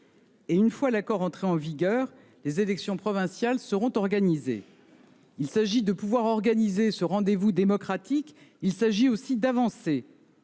Une fois l’accord entré en vigueur, les élections provinciales seront organisées. Il s’agit d’organiser ce rendez-vous démocratique. Il s’agit aussi d’avancer.